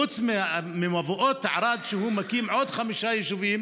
חוץ ממבואות ערד שהוא מקים, עוד חמישה יישובים